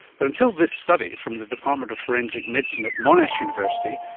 but until this study from the department of forensic medicine at monash university,